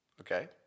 Okay